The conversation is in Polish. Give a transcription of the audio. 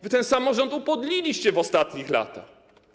Wy ten samorząd upodliliście w ostatnich latach.